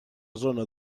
zona